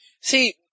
See